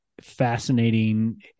fascinating